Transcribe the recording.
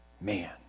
Man